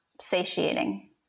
satiating